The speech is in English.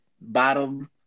Bottom